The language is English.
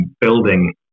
building